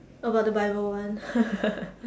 about the bible one